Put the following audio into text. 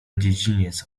dziedziniec